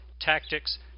tactics